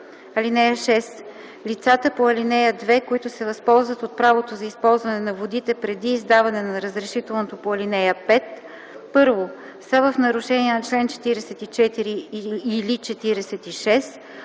ред. (6) Лицата по ал. 2, които се възползват от правото за използване на водите преди издаване на разрешителното по ал. 5: 1. са в нарушение на чл. 44 или 46;